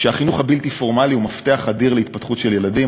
שהחינוך הבלתי-פורמלי הוא מפתח אדיר להתפתחות של ילדים,